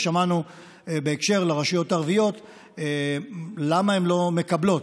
ושמענו בהקשר לרשויות הערביות למה הן לא מקבלות.